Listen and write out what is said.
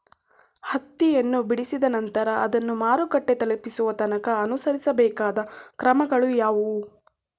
ಹತ್ತಿಯನ್ನು ಬಿಡಿಸಿದ ನಂತರ ಅದನ್ನು ಮಾರುಕಟ್ಟೆ ತಲುಪಿಸುವ ತನಕ ಅನುಸರಿಸಬೇಕಾದ ಕ್ರಮಗಳು ಯಾವುವು?